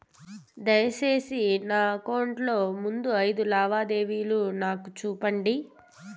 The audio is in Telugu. దయసేసి నా అకౌంట్ లో ముందు అయిదు లావాదేవీలు నాకు చూపండి